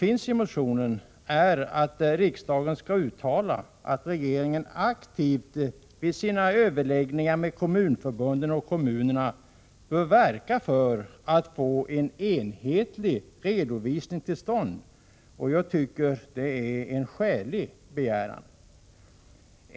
I motionen begärs att riksdagen skall uttala att regeringen vid sina överläggningar med kommunförbunden och kommunerna aktivt bör verka för att få till stånd en enhetlig redovisning. Jag tycker att det är en skälig begäran.